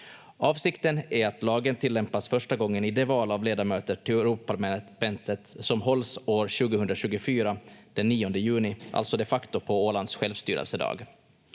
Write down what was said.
Avsikten är att lagen tillämpas första gången i det val av ledamöter till Europaparlamentet som hålls år 2024, den 9 juni, alltså de facto på Ålands självstyrelsedag.